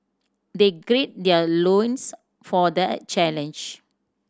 they their loins for the challenge